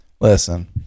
Listen